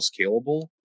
scalable